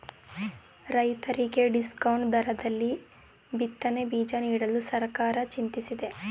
ರೈತರಿಗೆ ಡಿಸ್ಕೌಂಟ್ ದರದಲ್ಲಿ ಬಿತ್ತನೆ ಬೀಜ ನೀಡಲು ಸರ್ಕಾರ ಚಿಂತಿಸಿದೆ